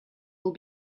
will